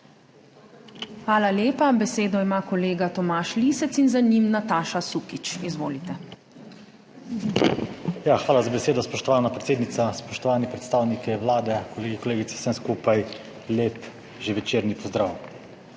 Hvala lepa. Besedo ima kolega Tomaž Lisec in za njim Nataša Sukič. Izvolite. **TOMAŽ LISEC (PS SDS):** Hvala za besedo. Spoštovana predsednica, spoštovani predstavniki Vlade, kolegi, kolegice, vsem skupaj lep že večerni pozdrav!